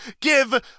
give